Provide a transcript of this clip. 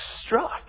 struck